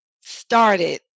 started